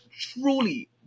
truly